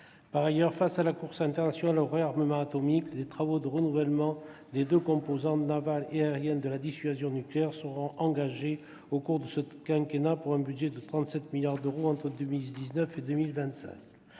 Par ailleurs, face à la course internationale au réarmement atomique, des travaux de renouvellement des deux composantes, navale et aérienne, de la dissuasion nucléaire seront engagés au cours de ce quinquennat, pour un budget de 37 milliards d'euros entre 2019 et 2025.